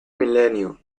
milenio